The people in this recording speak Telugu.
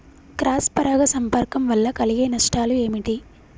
క్రాస్ పరాగ సంపర్కం వల్ల కలిగే నష్టాలు ఏమిటి?